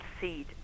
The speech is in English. seed